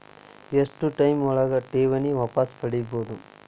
ಎಷ್ಟು ಟೈಮ್ ಒಳಗ ಠೇವಣಿ ವಾಪಸ್ ಪಡಿಬಹುದು?